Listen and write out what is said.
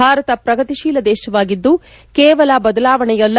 ಭಾರತ ಪ್ರಗತಿಶೀಲ ದೇಶವಾಗಿದ್ದು ಕೇವಲ ಬದಲಾವಣೆಯಲ್ಲ